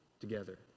together